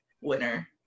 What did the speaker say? winner